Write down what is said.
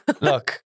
Look